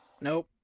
nope